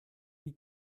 die